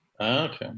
Okay